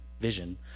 vision